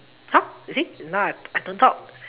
!huh! you see now I don't talk